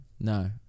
no